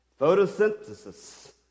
photosynthesis